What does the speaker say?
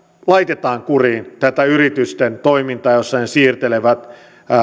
laitetaan kuriin tätä yritysten toimintaa jossa ne siirtelevät